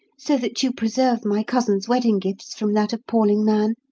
so that you preserve my cousin's wedding-gifts from that appalling man,